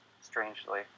strangely